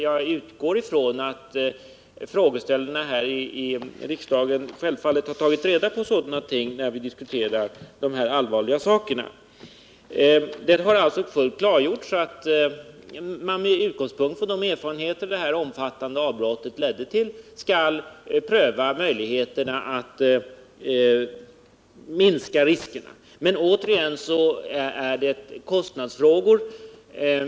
Jag utgick 119 från att interpellanten och frågeställaren hade tagit reda på sådana fakta, när vi skulle diskutera dessa allvarliga saker. Det har alltså klargjorts att Vattenfall, med utgångspunkt i de erfarenheter som detta omfattande avbrott gav, skall pröva möjligheterna att minska riskerna. Men återigen är det en kostnadsfråga.